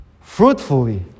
fruitfully